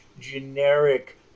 generic